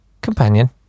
companion